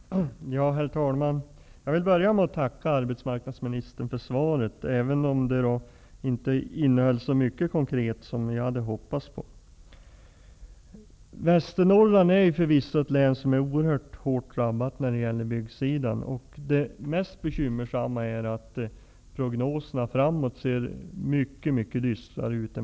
Herr talman! Jag vill börja med att tacka arbetsmarknadsministern för svaret, även om det inte innehöll så mycket konkret som jag hade hoppats. Västernorrland är förvisso ett län som är oerhört hårt drabbat på byggsidan, och det mest bekymmersamma är att prognoserna för framtiden ser mycket dystra ut.